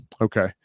Okay